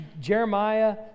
Jeremiah